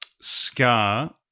Scar